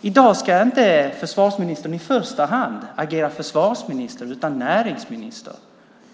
I dag ska försvarsministern i första hand inte agera försvarsminister utan näringsminister.